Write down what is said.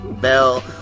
Bell